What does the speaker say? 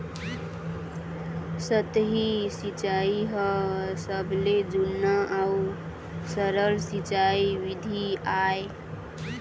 सतही सिंचई ह सबले जुन्ना अउ सरल सिंचई बिधि आय